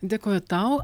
dėkoju tau